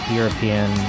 European